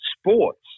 sports